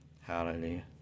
Hallelujah